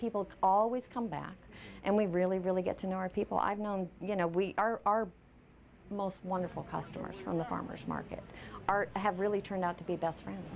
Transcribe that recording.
people always come back and we really really get to know our people i've known you know we are the most wonderful customers on the farmers market our have really turned out to be best friends